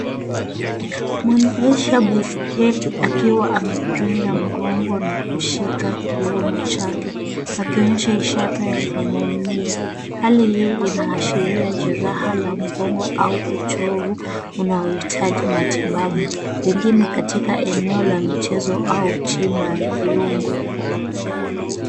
Mwendesha baiskeli akiwa amepinda mgongo na kushika kiuno chake akionyesha ishara za maumivu, hali hii inaashiria jeraha la mgongo au uchovu na unaohitaji matibabu. Pengine katika eneo la michezo au tiba ya viungo.